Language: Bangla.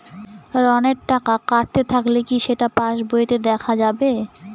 ঋণের টাকা কাটতে থাকলে কি সেটা পাসবইতে দেখা যাবে?